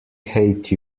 hate